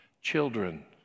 Children